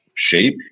shape